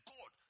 God